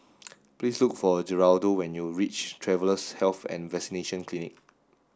please look for Geraldo when you reach Travellers' Health and Vaccination Clinic